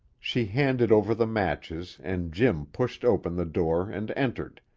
she handed over the matches and jim pushed open the door and entered,